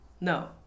No